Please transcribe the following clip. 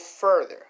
further